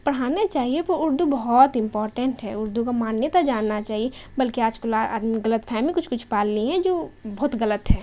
پڑھانے چاہیے وہ اردو بہت امپورٹینٹ ہے اردو کا مانیتا جاننا چاہیے بلکہ آج کل غلط فہم کچھ کچھ پال لی ہے جو بہت غلط ہے